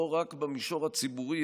לא רק במישור הציבורי,